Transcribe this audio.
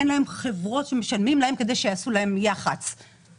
אין להן חברות שמשלמים להם כדי שיעשו להן יחסי ציבור.